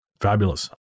Fabulous